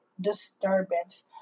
disturbance